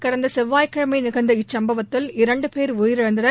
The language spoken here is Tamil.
கடந்த செய்வாய் கிழமை நிகழ்ந்த இச்சம்பவத்தில் இரண்டு பேர் உயிரிழந்தனர்